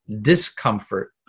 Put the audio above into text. discomfort